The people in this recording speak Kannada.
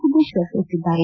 ಸಿದ್ದೇಶ್ವರ ತಿಳಿಸಿದ್ದಾರೆ